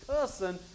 person